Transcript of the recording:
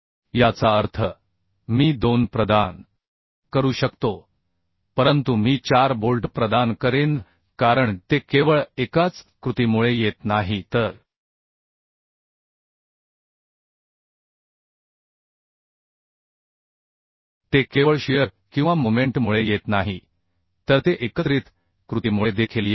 याचा अर्थ मी 2 प्रदान करू शकतो परंतु मी 4 बोल्ट प्रदान करेन कारण ते केवळ एकाच कृतीमुळे येत नाही तर ते केवळ शिअर किंवा मोमेंट मुळे येत नाही तर ते एकत्रित कृतीमुळे देखील येत आहे